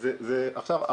אבל